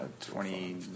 Twenty